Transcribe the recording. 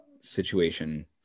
situation